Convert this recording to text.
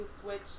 Switch